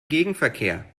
gegenverkehr